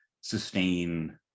sustain